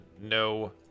no